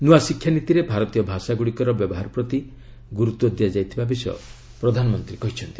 ନ୍ତ୍ରଆ ଶିକ୍ଷାନୀତିରେ ଭାରତୀୟ ଭାଷାଗୁଡ଼ିକର ବ୍ୟବହାର ପ୍ରତି ଗୁରୁତ୍ୱ ଦିଆଯାଇଥିବାର ପ୍ରଧାନମନ୍ତ୍ରୀ କହିଛନ୍ତି